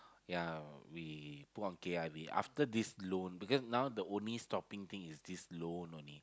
ya we walk kay I V after this loan because now the only stopping thing is this loan only